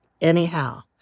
anyhow